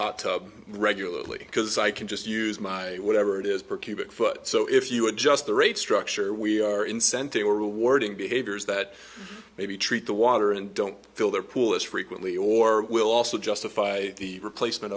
hot tub regularly because i can just use my whatever it is per cubic foot so if you adjust the rate structure we are incentives or rewarding behaviors that maybe treat the water and don't fill their pool as frequently or will also justify the replacement